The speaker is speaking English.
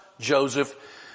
Joseph